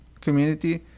community